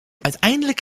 uiteindelijk